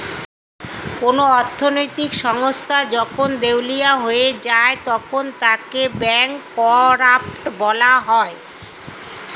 কোন অর্থনৈতিক সংস্থা যখন দেউলিয়া হয়ে যায় তখন তাকে ব্যাঙ্করাপ্ট বলা হয়